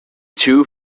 two